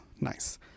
Nice